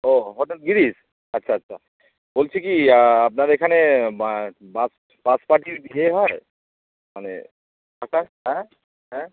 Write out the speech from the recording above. ও hotel Girish আচ্ছা আচ্ছা বলছি কি আপনার এখানে বাস বাস পার্টির বিয়ে হয় মানে থাকার হ্যাঁ হ্যাঁ